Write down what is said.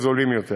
זולים יותר.